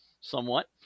somewhat